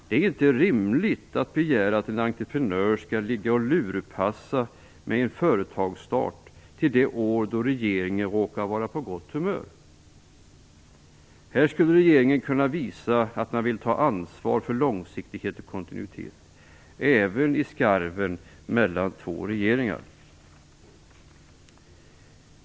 Det är inte rimligt att begära att en entreprenör skall ligga och lurpassa med en företagsstart till det år då regeringen råkar vara på gott humör. Här skulle regeringen kunna visa att man vill ta ansvar för långsiktighet och kontinuitet även i skarven mellan två regeringar.